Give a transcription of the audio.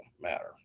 matter